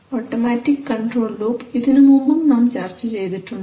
automatic control loop ഇതിനുമുമ്പും നാം ചർച്ച ചെയ്തിട്ടുണ്ട്